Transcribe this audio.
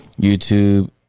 YouTube